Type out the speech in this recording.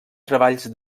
treballs